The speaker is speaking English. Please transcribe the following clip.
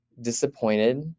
disappointed